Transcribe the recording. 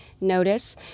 notice